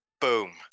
Boom